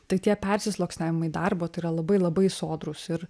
tai tie persisluoksniavimai darbo tai yra labai labai sodrūs ir